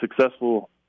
successful